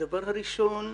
הדבר הראשון,